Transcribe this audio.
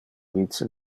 vice